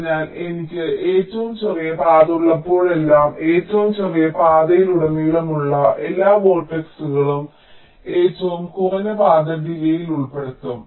അതിനാൽ എനിക്ക് ഏറ്റവും ചെറിയ പാത ഉള്ളപ്പോഴെല്ലാം ഏറ്റവും ചെറിയ പാതയിലുടനീളമുള്ള എല്ലാ വേർട്ടക്സുകളും ഏറ്റവും കുറഞ്ഞ പാത ഡിലേയ്യ്ൽ ഉൾപ്പെടുത്തും